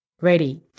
ready